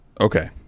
Okay